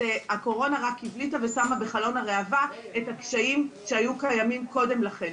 והקורונה רק הבליטה ושמה בחלון הראווה את הקשיים שהיו קיימים קודם לכן.